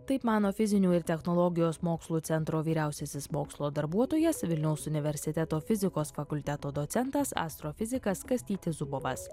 taip mano fizinių ir technologijos mokslų centro vyriausiasis mokslo darbuotojas vilniaus universiteto fizikos fakulteto docentas astrofizikas kastytis zubovas